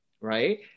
right